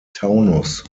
taunus